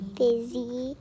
busy